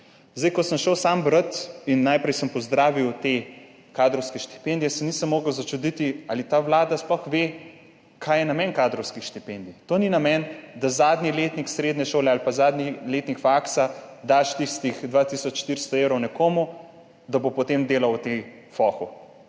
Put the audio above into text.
Ko sem šel brat, sem najprej pozdravil te kadrovske štipendije, potem pa se nisem mogel načuditi, ali ta vlada sploh ve, kaj je namen kadrovskih štipendij. Ni namen, da zadnji letnik srednje šole ali pa zadnji letnik faksa daš tistih 2 tisoč 400 evrov nekomu, da bo potem delal na tem